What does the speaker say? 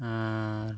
ᱟᱨ